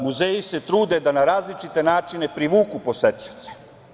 Muzeji se trude da na različite načine privuku posetioce.